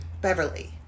Beverly